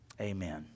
Amen